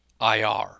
IR